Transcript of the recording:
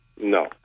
No